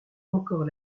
encore